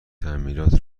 تعمیرات